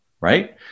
right